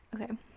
Okay